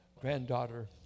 granddaughter